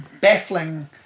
baffling